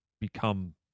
become